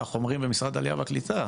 כך אומרים במשרד העלייה והקליטה,